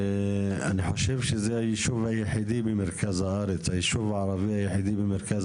אני חושב שזה היישוב הערבי היחידי במרכז